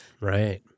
Right